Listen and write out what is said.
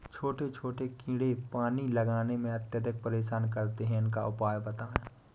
छोटे छोटे कीड़े पानी लगाने में अत्याधिक परेशान करते हैं इनका उपाय बताएं?